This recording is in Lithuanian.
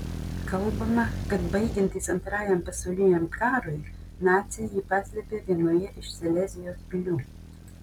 kalbama kad baigiantis antrajam pasauliniam karui naciai jį paslėpė vienoje iš silezijos pilių